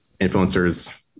influencers